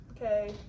okay